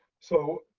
so,